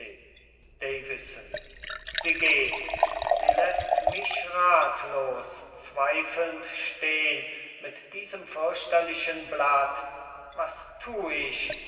sie geht sie läßt mich ratlos zweifelnd stehn mit diesem fürchterlichen blatt was tu ich